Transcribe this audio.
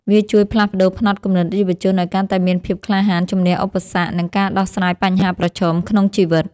វាជួយផ្លាស់ប្តូរផ្នត់គំនិតយុវជនឱ្យកាន់តែមានភាពក្លាហាន ជម្នះឧបសគ្គ និងការដោះស្រាយបញ្ហាប្រឈមក្នុងជីវិត។